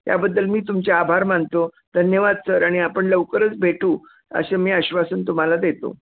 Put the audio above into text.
त्याबद्दल मी तुमचे आभार मानतो धन्यवाद सर आणि आपण लवकरच भेटू असे मी आश्वासन तुम्हाला देतो